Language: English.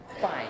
fine